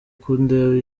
kundeba